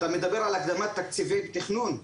אתה מדבר על הקדמת תקציבי תכנון,